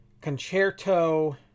Concerto